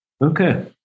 Okay